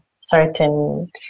certain